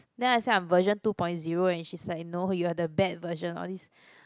then I say I'm version two point zero and she's like no you are the bad version all these